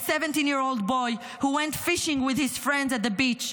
a 17 year old boy who went fishing with his friends at the beach,